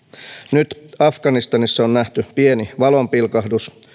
nyt afganistanissa on nähty pieni valonpilkahdus